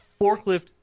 forklift